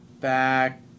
back